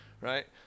right